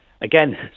again